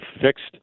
fixed